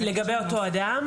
לגבי אותו אדם?